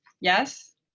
Yes